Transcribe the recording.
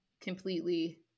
completely